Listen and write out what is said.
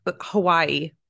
Hawaii